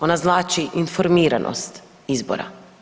Ona znači informiranost izbora.